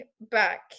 back